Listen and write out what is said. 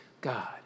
God